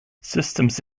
systems